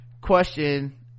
question